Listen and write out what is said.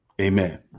Amen